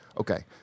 okay